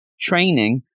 training